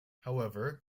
however